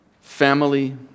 family